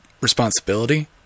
responsibility